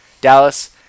Dallas